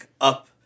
up